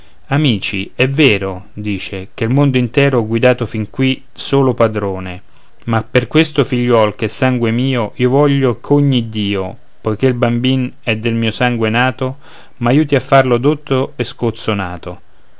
amici è vero dice che il mondo intero ho guidato fin qui solo padrone ma per questo figliol ch'è sangue mio io voglio ch'ogni dio poiché il bambin è del mio sangue nato m'aiuti a farlo dotto e scozzonato